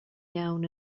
iawn